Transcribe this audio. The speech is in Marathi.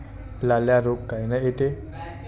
लाल्या रोग कायनं येते?